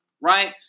Right